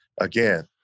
again